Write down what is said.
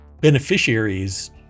beneficiaries